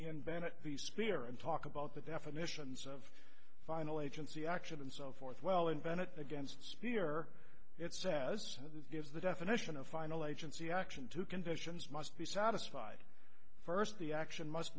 in bennett the spear and talk about the definitions of final agency action and so forth well invent it against spear it says is the definition of final agency action two conditions must be satisfied first the action must